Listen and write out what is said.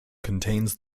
contains